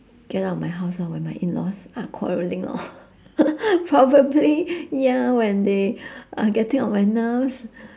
get out of my house lor when my in laws are quarrelling lor probably ya when they are getting on my nerves